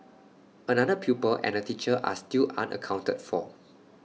another pupil and A teacher are still unaccounted for